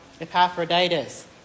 Epaphroditus